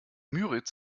müritz